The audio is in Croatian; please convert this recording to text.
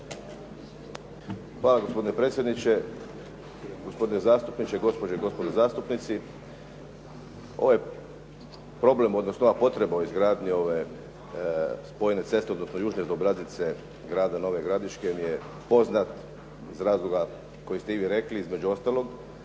Hvala gospodine predsjedniče, gospodine zastupniče, gospođe i gospodo zastupnici. Ovaj problem, odnosno ova potreba o izgradnji ove spojne ceste odnosno južne …/Govornik se ne razumije./… grada Nove Gradiške mi je poznat iz razloga koji ste i vi rekli. Između ostalog,